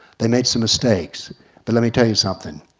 they made some mistakes but let me tell you something.